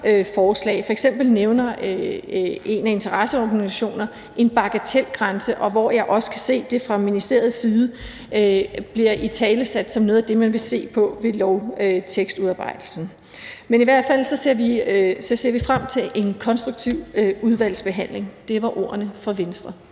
forslag, f.eks. nævner en af interesseorganisationerne en bagatelgrænse, som jeg også kan se fra ministeriets side bliver italesat som noget af det, man vil se på ved lovtekstudarbejdelsen. Men i hvert fald ser vi frem til en konstruktiv udvalgsbehandling. Det var ordene fra Venstre.